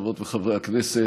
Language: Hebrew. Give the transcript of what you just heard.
חברות וחברי הכנסת,